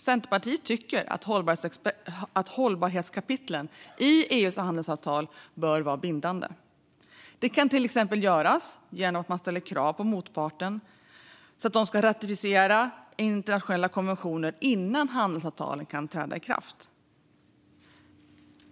Centerpartiet tycker att hållbarhetskapitlen i EU:s handelsavtal bör vara bindande. Det kan till exempel uppnås genom att man ställer krav på motparten att ratificera internationella konventioner innan handelsavtalet kan träda i kraft.